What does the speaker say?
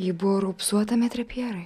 ji buvo raupsuota metre pjerai